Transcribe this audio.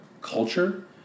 culture